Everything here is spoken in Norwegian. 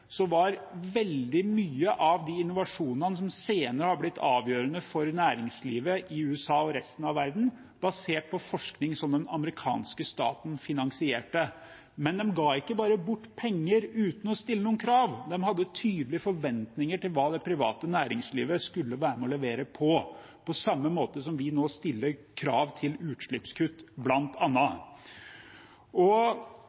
var veldig mye av de innovasjonene som senere er blitt avgjørende for næringslivet i USA og resten av verden, basert på forskning som den amerikanske staten finansierte. Men de ga ikke bare bort penger uten å stille noen krav: De hadde tydelige forventninger til hva det private næringslivet skulle være med og levere på – på samme måte som vi nå stiller krav til utslippskutt,